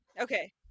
Okay